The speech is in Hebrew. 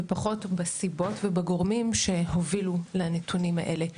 ופחות בנסיבות ובגורמים שהובילו לנתונים האלה.